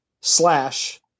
slash